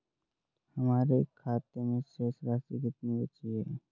हमारे खाते में शेष राशि कितनी बची है?